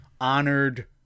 honored